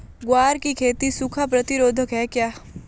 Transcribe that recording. ग्वार की खेती सूखा प्रतीरोधक है क्या?